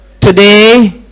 Today